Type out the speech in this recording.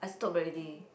I stop already